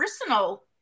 personal